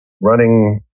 running